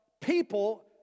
people